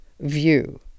view